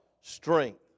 Strength